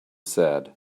said